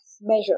measure